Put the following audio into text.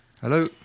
Hello